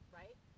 right